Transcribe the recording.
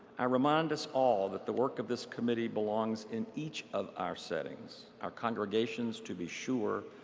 i remind us all that the work of this committee belongs in each of our settings, our congregations to be sure,